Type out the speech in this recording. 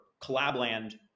Collabland